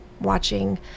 watching